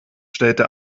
stellte